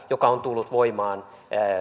joka on tullut voimaan